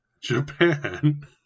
Japan